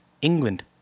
England